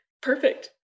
perfect